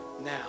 now